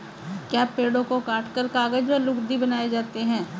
क्या पेड़ों को काटकर कागज व लुगदी बनाए जाते हैं?